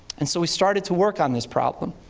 and so we started to work on this problem.